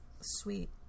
sweet